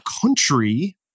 country